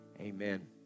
amen